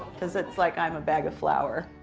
because it's like i'm a bag of flour.